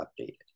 updated